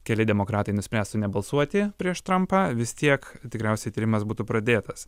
keli demokratai nuspręstų nebalsuoti prieš trampą vis tiek tikriausiai tyrimas būtų pradėtas